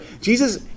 Jesus